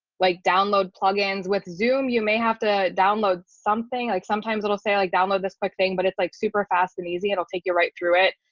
like download plugins with zoom, you may have to download something like sometimes it'll say like download this quick thing, but it's like super fast and easy will take you right through it.